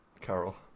Carol